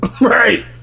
right